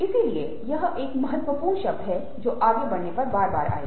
इसलिए यह एक महत्वपूर्ण शब्द है जो आगे बढ़ने पर बार बार आएगा